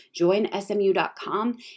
joinsmu.com